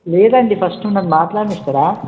లేదు అండి ఫస్ట్ నన్ను మాట్లాడనిస్తారా